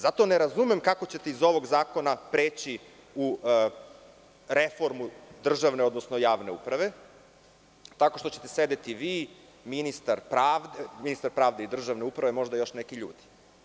Zato ne razumem kako ćete iz ovog zakona preći u reformu državne, odnosno javne uprave, tako što ćete sedeti vi, ministar pravde i državne uprave i možda još neki ljudi.